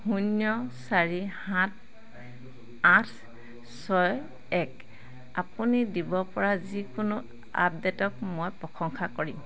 শূন্য চাৰি সাত আঠ ছয় এক আপুনি দিবপৰা যিকোনো আপডে'টক মই প্ৰশংসা কৰিম